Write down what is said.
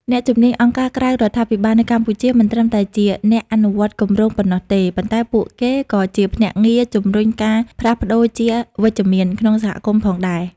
អ្នកជំនាញអង្គការក្រៅរដ្ឋាភិបាលនៅកម្ពុជា មិនត្រឹមតែជាអ្នកអនុវត្តគម្រោងប៉ុណ្ណោះទេ ប៉ុន្តែពួកគេក៏ជាភ្នាក់ងារជំរុញការផ្លាស់ប្តូរជាវិជ្ជមានក្នុងសហគមន៍ផងដែរ។